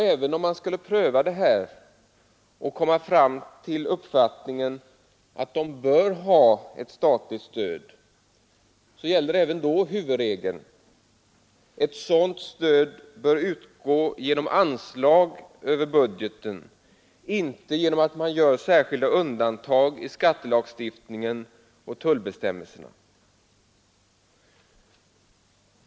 Även om man skulle pröva detta och komma fram till uppfattningen att de bör ha ett statligt stöd, så gäller även då huvudregeln att ett sådant stöd bör utgå genom anslag över budgeten, inte genom att man gör särskilda undantag i skattelagstiftningen och tullbestämmelserna.